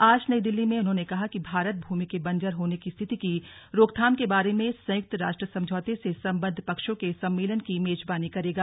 आज नई दिल्ली में उन्होंने कहा कि भारत भूमि के बंजर होने की स्थिति की रोकथाम के बारे में संयुक्त राष्ट्र समझौते से संबद्व पक्षों के सम्मेलन की मेजबानी करेगा